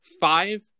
five